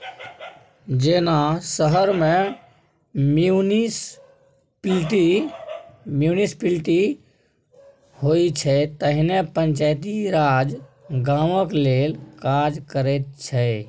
जेना शहर मे म्युनिसप्लिटी होइ छै तहिना पंचायती राज गामक लेल काज करैत छै